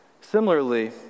Similarly